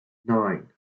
nine